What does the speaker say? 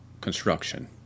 construction